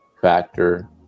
factor